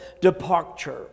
departure